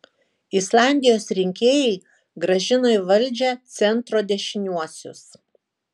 islandijos rinkėjai grąžino į valdžią centro dešiniuosius